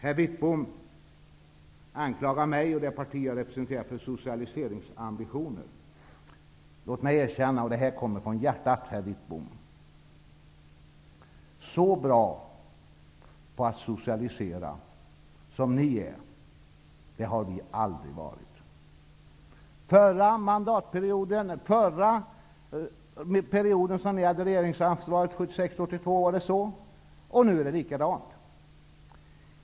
Herr Wittbom anklagar mig och det parti som jag representerar för att ha socialiseringsambitioner. Låt mig erkänna -- detta kommer från hjärtat herr Wittbom -- att så bra på att socialisera som ni är, har vi aldrig varit. Förra mandatperioden, 1976--1982, som ni hade regeringsansvaret var det så. Nu är det likadant.